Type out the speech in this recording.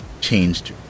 changed